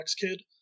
kid